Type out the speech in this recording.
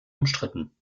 umstritten